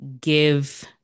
give